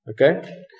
Okay